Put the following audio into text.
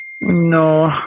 No